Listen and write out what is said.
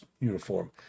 uniform